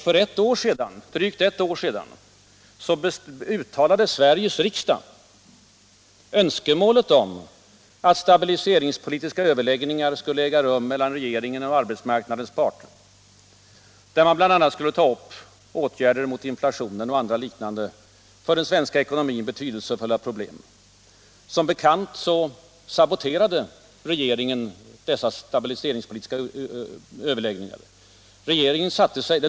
För drygt ett år sedan uttalade Sveriges riksdag önskemålet att stabiliseringspolitiska överläggningar skulle äga rum mellan regeringen och arbetsmarknadens parter, där man skulle ta upp åtgärder mot inflationen och andra för den svenska ekonomin betydelsefulla problem. Som bekant saboterade den dåvarande regeringen dessa stabiliseringspolitiska överläggningar.